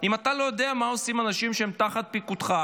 אם אתה לא יודע מה עושים אנשים שהם תחת פיקודך,